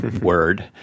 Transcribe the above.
word